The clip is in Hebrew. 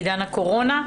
בעידן הקורונה,